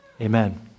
Amen